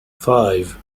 five